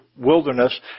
wilderness